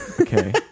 Okay